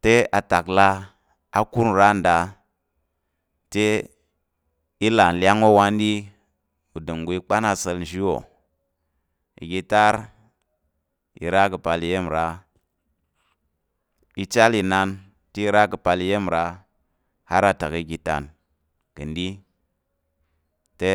Te atak la a kur nra nda, te i là nlyan owan yi udanggo i kpan asa̱l nzhi wò iga tar i ra ka̱ apal iya̱m nra iga chal inan te i ra ka̱ apal iya̱m i ra yar atak iga ntán ka̱ ɗi te